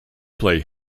play